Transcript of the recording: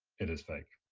it is fake.